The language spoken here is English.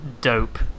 dope